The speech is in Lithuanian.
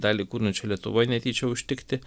dalį kūrinių čia lietuvoj netyčia užtikti